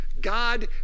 God